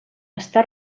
està